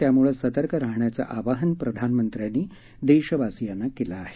त्यामुळं सतर्क राहण्याचे आवाहन प्रधानमंत्र्यांनी देशवासियांना केले आहे